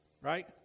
Right